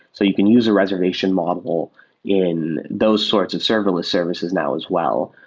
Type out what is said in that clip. so you can use a reservation model in those sorts of serverless services now as well.